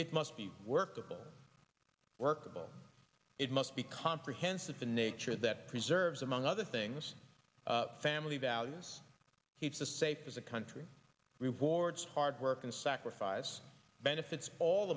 it must be workable workable it must be comprehensive in nature that preserves among other things family values he's to say as a country rewards hard work and sacrifice benefits all